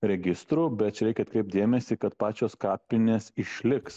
registrų bet čia reikia atkreipt dėmesį kad pačios kapinės išliks